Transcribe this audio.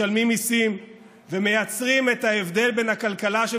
משלמים מיסים ומייצרים את ההבדל בין הכלכלה של